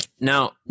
Now